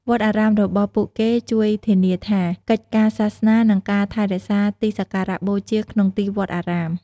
វត្តមានរបស់ពួកគេជួយធានាថា កិច្ចការសាសនា និងការថែរក្សាទីសក្ការបូជាក្នុងទីវត្តអារាម។